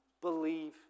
believe